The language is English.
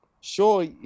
sure